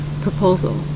proposal